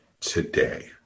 today